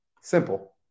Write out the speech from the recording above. simple